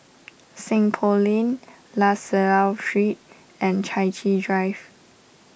Seng Poh Lane La Salle Street and Chai Chee Drive